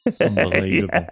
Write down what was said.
Unbelievable